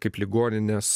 kaip ligoninės